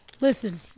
Listen